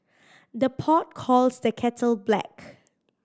the pot calls the kettle black